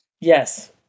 Yes